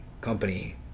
company